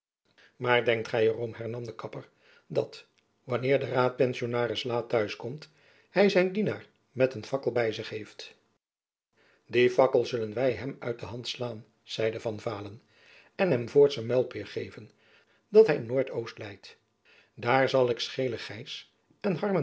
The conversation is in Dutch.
maar denkt gy er om hernam de kapper dat wanneer de raadpensionaris laat t'huis komt hy zijn dienaar met een fakkel by zich heeft die fakkel zullen wy hem uit de hand slaan zeide van vaalen en hem voorts een muilpeer geven dat hy noordoost leit daar zal ik scheelen